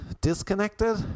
disconnected